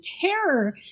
terror